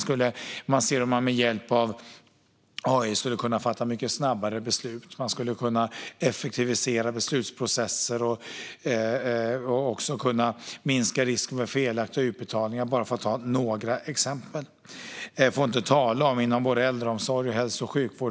Man ser att man med hjälp av AI skulle kunna fatta mycket snabbare beslut. Man skulle kunna effektivisera beslutsprocesser och minska risken för felaktiga utbetalningar, bara för att ta några exempel - för att inte tala om vad man skulle kunna använda AI till inom både äldreomsorg och hälso och sjukvård.